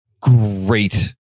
great